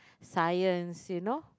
science you know